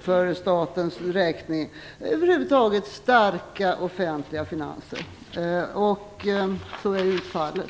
för statens räkning. Så är ju inte fallet.